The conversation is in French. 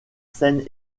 scènes